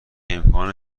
امکان